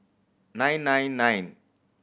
nine nine nine